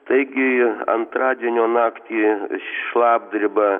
taigi antradienio naktį šlapdribą